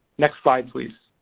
next slide please.